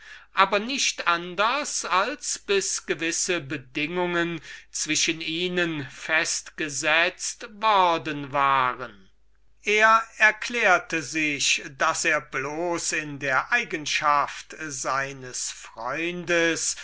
aber nicht anders als unter gewissen bedingungen welche ihm dionys zugestehen mußte er erklärte sich daß er allein in der qualität seines freundes